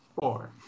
Four